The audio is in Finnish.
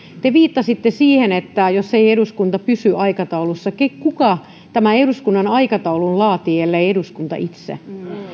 te viittasitte siihen että jos ei eduskunta pysy aikataulussa kuka tämän eduskunnan aikataulun laatii ellei eduskunta itse